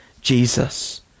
Jesus